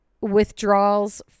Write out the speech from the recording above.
withdrawals